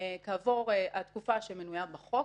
כעבור התקופה שמנויה בחוק,